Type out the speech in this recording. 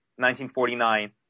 1949